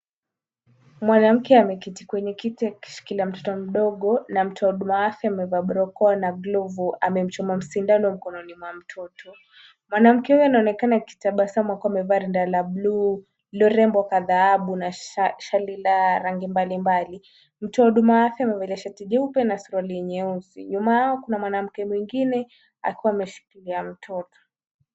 Mwanamke ameketi kwenye kiti, akishikilia mtoto mdogo, na mtu wa huduma wa afya amevaa barakoa na glovu, amemchoma sindano mkononi mwa mtoto. Mwanamke huyo anaonekana akitabasamu akiwa amevaa rinda la bluu, lorembo la dhahabu, na shali la rangi mbalimbali. Mtu wa huduma za afya amevaa shati jeupe na suruali nyeusi. Nyuma yao kuna mwanamke mwingine akiwa ameshikilia mtoto.